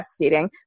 breastfeeding